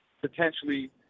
potentially